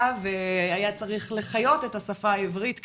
והיה צריך לחיות את השפה העברית כנוער,